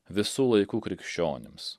visų laikų krikščionims